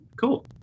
cool